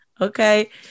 Okay